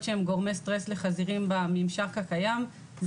שהם גורמי סטרס לחזירים בממשק הקיים זה